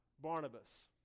Barnabas